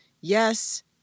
Yes